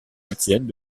étienne